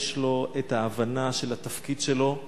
יש לו את ההבנה של התפקיד שלו,